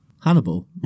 Hannibal